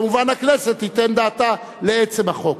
כמובן, הכנסת תיתן דעתה לעצם החוק.